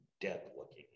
dead-looking